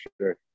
sure